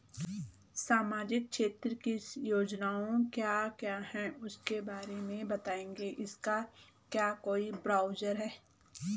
सामाजिक क्षेत्र की योजनाएँ क्या क्या हैं उसके बारे में बताएँगे इसका क्या कोई ब्राउज़र है?